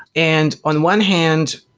and on one hand,